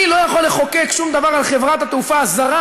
אני לא יכול לחוקק שום דבר על חברת תעופה זרה